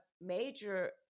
major